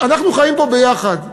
אנחנו חיים פה ביחד.